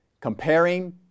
comparing